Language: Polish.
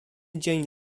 dzień